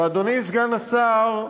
אדוני סגן השר,